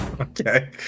Okay